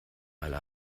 alle